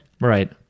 Right